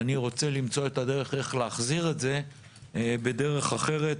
אני רוצה למצוא את הדרך להחזיר את זה בדרך אחרת,